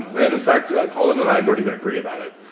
and in fact, collin and i don't even agree about it.